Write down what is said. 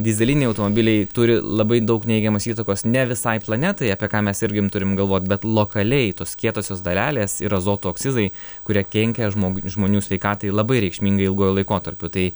dyzeliniai automobiliai turi labai daug neigiamos įtakos ne visai planetai apie ką mes irgim turim galvot bet lokaliai tos kietosios dalelės ir azoto oksizai kurie kenkia žmog žmonių sveikatai labai reikšmingai ilguoju laikotarpiu tai